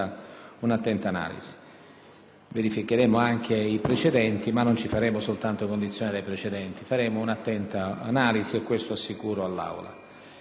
Verificheremo anche i precedenti, ma non ci faremo soltanto condizionare da questi; svolgeremo un'attenta analisi e questo assicuro all'Aula.